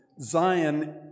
Zion